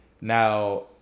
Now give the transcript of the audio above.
Now